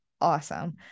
awesome